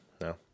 no